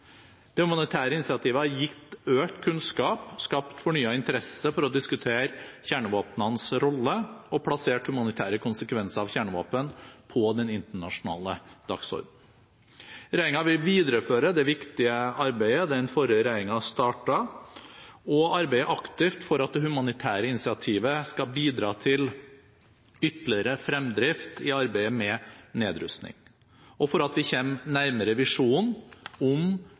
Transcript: Det humanitære initiativet har gitt økt kunnskap, skapt fornyet interesse for å diskutere kjernevåpnenes rolle og plassert humanitære konsekvenser av kjernevåpen på den internasjonale dagsordenen. Regjeringen vil videreføre det viktige arbeidet den forrige regjeringen startet, og arbeide aktivt for at det humanitære initiativet skal bidra til ytterligere fremdrift i arbeidet med nedrustning, og for at vi kommer nærmere visjonen om